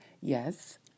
yes